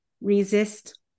resist